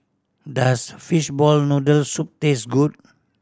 does fishball noodle soup taste good